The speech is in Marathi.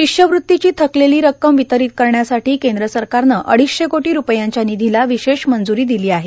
शिष्यवृत्तीची थकलेली रक्कम अदा करण्यासाठी केंद्र सरकारनं अडीचशे कोटी रुपयांच्या निधीला विशेष मंज्री दिली आहे